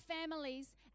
families